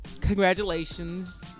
Congratulations